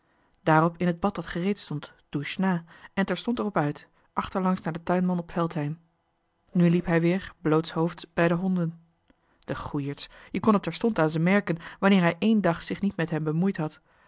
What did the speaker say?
daarop in het bad dat gereed stond douche na en terstond er op uit achter langs naar den tuinman op veldheim nu liep hij weer blootshoofds bij de honden de goeierts je kon het terstond aan ze merken wanneer hij één dag zich niet met hen bemoeid had